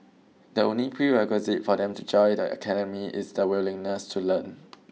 the only prerequisite for them to join the academy is the willingness to learn